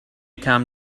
come